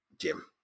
Jim